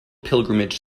pilgrimage